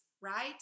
right